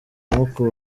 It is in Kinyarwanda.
mukura